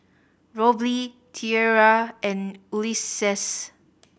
Robley Tiera and Ulises